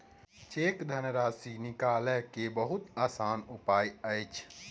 cheque धनराशि निकालय के बहुत आसान उपाय अछि